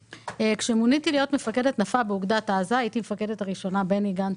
כשמוניתי להיות מפקדת נפה באוגדת עזה בני גנץ,